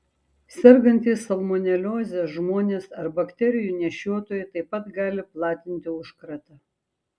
sergantys salmonelioze žmonės ar bakterijų nešiotojai taip pat gali platinti užkratą